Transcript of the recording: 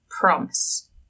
promise